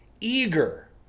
Eager